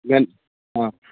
then ਹਾਂ